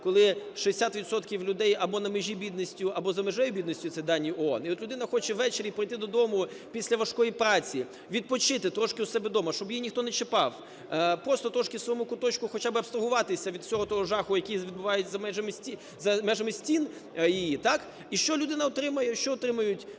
відсотків людей або на межі бідності, або за межею бідності, це дані ООН. І от людина хоче ввечері прийти додому після важкої праці, відпочити трошки в себе вдома, щоб її ніхто не чіпав, просто трошки в своєму куточку хоча би абстрагуватися від всього того жаху, який відбувається за межами стін її, так. І що людина отримує? Що отримують